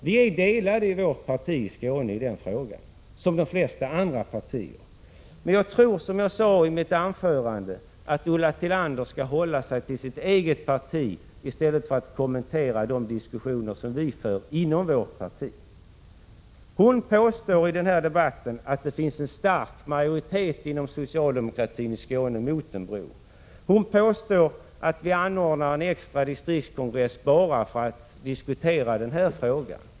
Vi är delade i vårt parti i Skåne i den frågan, liksom de flesta andra partier. Men jag tror, som jag sade i mitt huvudanförande, att Ulla Tillander bör hålla sig till sitt eget parti i stället för att kommentera de diskussioner som vi för inom vårt parti. Ulla Tillander påstår i den här debatten att det finns en stark majoritet inom socialdemokratin i Skåne mot en bro. Hon påstår att vi anordnade en extra distriktskongress bara för att diskutera den här frågan.